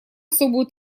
особую